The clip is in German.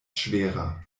schwerer